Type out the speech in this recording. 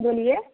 बोलिये